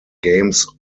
games